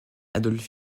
adolf